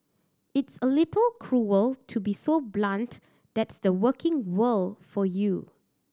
it's a little cruel to be so blunt but tha's the working world for you